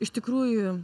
iš tikrųjų